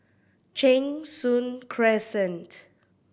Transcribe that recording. Cheng Soon Crescent